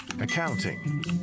Accounting